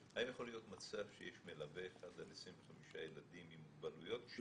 להיות מצב שיש מלווה אחד על 25 ילדים עם מוגבלויות?